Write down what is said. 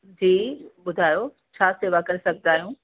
जी ॿुधायो छा सेवा करे सघंदा आहियूं